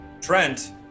Trent